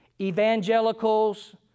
evangelicals